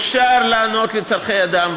אפשר להיענות לצורכי אדם,